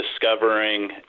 discovering